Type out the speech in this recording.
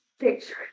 Picture